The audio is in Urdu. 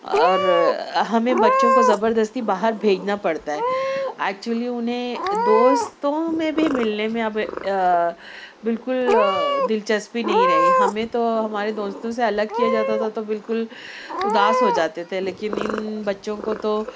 اور ہمیں بچوں کو زبردستی باہر بھیجنا پڑتا ہے ایکچویلی انہیں دوستوں میں بھی ملنے میں اب بالکل دلچسپی نہیں رہی ہمیں تو ہمارے دوستوں سے الگ کیا جاتا تھا تو بالکل اداس ہو جاتے تھے لیکن ان بچوں کو تو